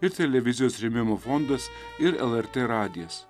ir televizijos rėmimo fondas ir lrt radijas